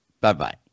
Bye-bye